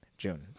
june